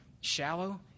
shallow